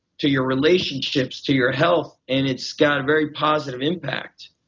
to your relationships, to your and health, and it's got a very positive impact.